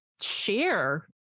share